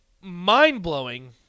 mind-blowing